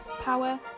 power